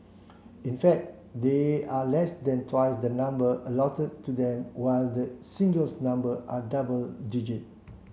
in fact they are less than twice the number allotted to them while the singles number are double digit